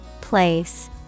Place